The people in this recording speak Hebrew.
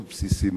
מאוד בסיסי,